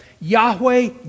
Yahweh